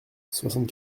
soixante